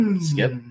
Skip